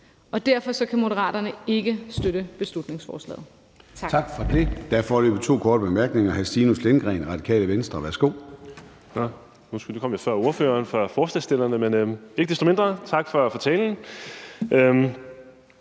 Derfor kan Moderaterne ikke støtte beslutningsforslaget.